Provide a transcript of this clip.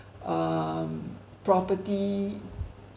um property